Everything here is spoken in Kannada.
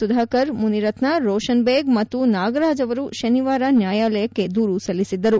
ಸುಧಾಕರ್ ಮುನಿರತ್ನ ರೋಷನ್ ಬೇಗ್ ಮತ್ತು ನಾಗರಾಜ್ ಅವರು ಶನಿವಾರ ನ್ನಾಯಾಲಯಕ್ಕೆ ದೂರು ಸಲ್ಲಿಸಿದ್ದರು